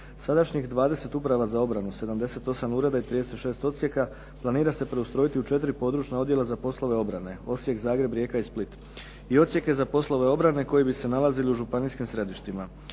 Sadašnjih 20 uprava za obranu, 78 ureda i 36 odsjeka planira se preustrojiti u 4 područna odjela za poslove obrane: Osijek, Zagreb, Rijeka i Split, i odsjeke za poslove obrane koji bi se nalazili u županijskim središtima.